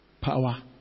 Power